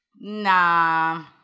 Nah